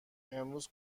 امروز